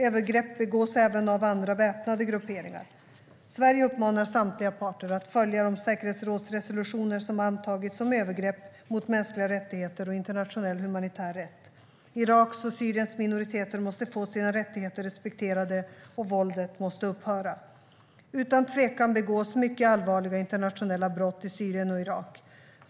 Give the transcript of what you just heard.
Övergrepp begås även av andra väpnade grupperingar. Sverige uppmanar samtliga parter att följa de säkerhetsrådsresolutioner som har antagits om övergrepp mot mänskliga rättigheter och internationell humanitär rätt. Iraks och Syriens minoriteter måste få sina rättigheter respekterade. Våldet måste upphöra. Utan tvekan begås mycket allvarliga internationella brott i Syrien och Irak.